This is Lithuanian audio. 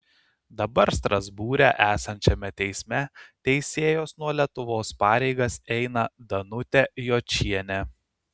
dabar strasbūre esančiame teisme teisėjos nuo lietuvos pareigas eina danutė jočienė